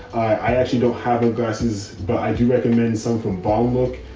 i actually don't have the glasses, but i do recommend some from baltimore. um,